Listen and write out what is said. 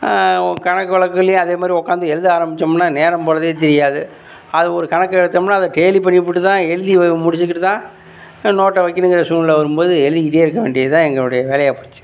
கணக்கு வழக்குகள்லையும் அதே மாதிரி உட்காந்து எழுத ஆரம்பிச்சோம்னா நேரம் போறதே தெரியாது அது ஒரு கணக்கு எடுத்தோம்ன்னா அதை டேலி பண்ணிப்புட்டுதான் எழுதி வ முடிச்சிக்கிட்டுதான் நோட்டை வைக்கணும்ங்கிற சூழ்நிலை வரும் போது எழுதிக்கிட்டே இருக்க வேண்டியது தான் எங்களுடைய வேலையாகப் போச்சு